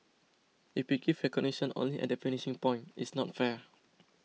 if we give recognition only at the finishing point it's not fair